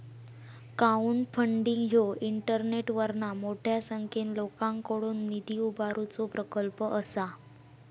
crowdfunding ह्यो इंटरनेटवरना मोठ्या संख्येन लोकांकडुन निधी उभारुचो प्रकल्प असा